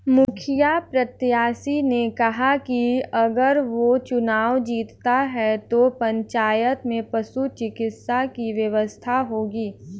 मुखिया प्रत्याशी ने कहा कि अगर वो चुनाव जीतता है तो पंचायत में पशु चिकित्सा की व्यवस्था होगी